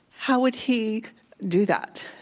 how would he do that?